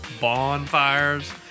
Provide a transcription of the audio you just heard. Bonfires